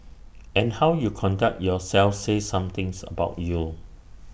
and how you conduct yourself says something's about you